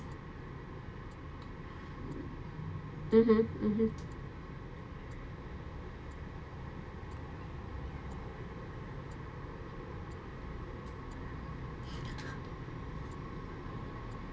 mmhmm mmhmm